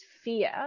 fear